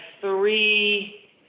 three